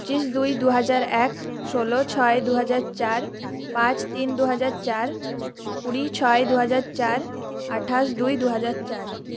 পঁচিশ দুই দু হাজার এক ষোলো ছয় দু হাজার চার পাঁচ তিন দু হাজার চার কুড়ি ছয় দু হাজার চার আঠাশ দুই দু হাজার চার